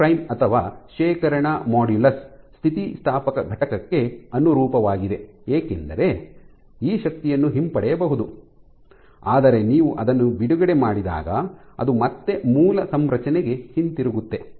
G prime G' ಅಥವಾ ಶೇಖರಣಾ modulus ಸ್ಥಿತಿಸ್ಥಾಪಕ ಘಟಕಕ್ಕೆ ಅನುರೂಪವಾಗಿದೆ ಏಕೆಂದರೆ ಈ ಶಕ್ತಿಯನ್ನು ಹಿಂಪಡೆಯಬಹುದು ಆದರೆ ನೀವು ಅದನ್ನು ಬಿಡುಗಡೆ ಮಾಡಿದಾಗ ಅದು ಮತ್ತೆ ಮೂಲ ಸಂರಚನೆಗೆ ಹಿಂತಿರುಗುತ್ತೆ